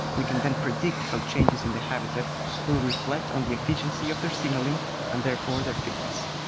we can then predict how changes in the habitat will reflect on the efficiency of their signalling and therefore their fitness.